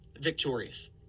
victorious